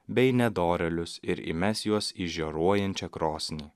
bei nedorėlius ir įmes juos į žioruojančią krosnį